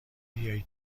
بیایی